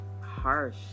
harsh